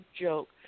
joke